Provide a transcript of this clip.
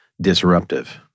disruptive